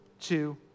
two